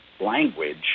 language